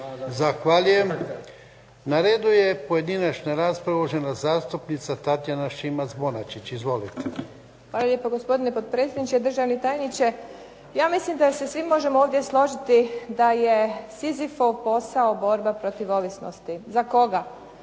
Zahvaljujem. Na redu je pojedinačna rasprava, uvažena zastupnica Tatjana Šimac-Bonačić. Izvolite. **Šimac Bonačić, Tatjana (SDP)** Hvala lijepo. Gospodine potpredsjedniče, državni tajniče. Ja mislim da se svi ovdje možemo složiti da je Sizifov posao borba protiv ovisnosti. Za koga?